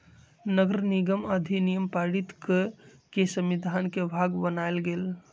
नगरनिगम अधिनियम पारित कऽ के संविधान के भाग बनायल गेल